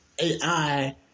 AI